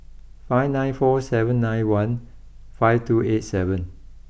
five nine four seven nine one five two eight seven